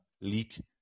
leak